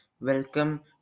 Welcome